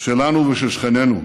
שלנו ושל שכנינו.